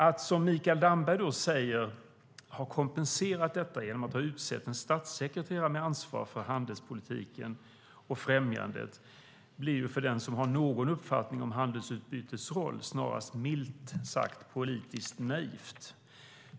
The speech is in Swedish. Att, som Mikael Damberg säger, ha kompenserat detta genom att ha utsett en statssekreterare med ansvar för handelspolitiken och främjandet känns för den som har någon uppfattning om handelsutbytets roll milt sagt politiskt naivt.